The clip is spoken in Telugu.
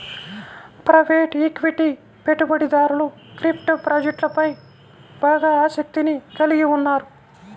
ప్రైవేట్ ఈక్విటీ పెట్టుబడిదారులు క్రిప్టో ప్రాజెక్ట్లపై బాగా ఆసక్తిని కలిగి ఉన్నారు